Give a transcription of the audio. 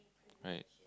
right